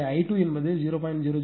எனவே i2 என்பது 0